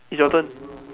it's your turn